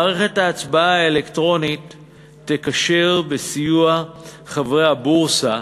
מערכת ההצבעה האלקטרונית תקשר, בסיוע חברי הבורסה,